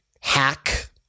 hack